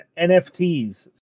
NFTs